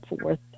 forth